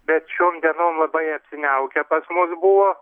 bet šiom dienom labai apsiniaukę pas mus buvo